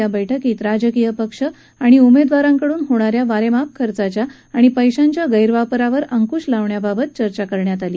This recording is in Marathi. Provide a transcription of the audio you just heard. या बैठकीत राजकीय पक्ष आणि उमेदवारांकडून होणाऱ्या वारेमाप खर्चाच्या आणि पैशांच्या गैरवापरावर अंकुश लावण्याबाबत चर्चा करण्यात आली